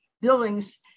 buildings